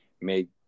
made